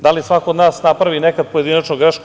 Da li svako od nas napravi nekad pojedinačnu grešku?